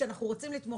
שאנחנו רוצים לתמוך,